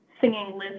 singing